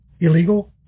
illegal